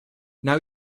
now